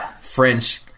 French